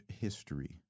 history